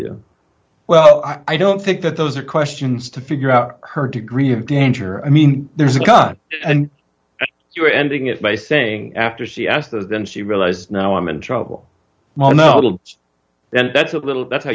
you well i don't think that those are questions to figure out her degree of danger i mean there's a cut and you're ending it by saying after she asked then she realizes now i'm in trouble well no adults that's a little that's how